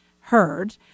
heard